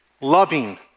Loving